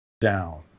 down